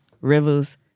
rivers